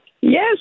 Yes